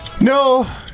No